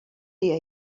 dia